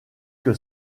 que